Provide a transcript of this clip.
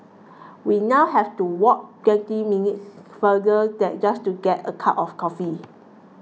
we now have to walk twenty minutes farther just to get a cup of coffee